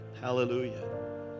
hallelujah